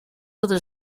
other